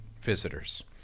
visitors